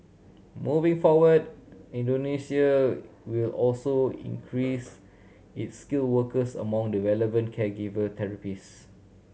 moving forward Indonesia will also increase its skilled workers among the related to caregiver therapist